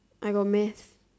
I got math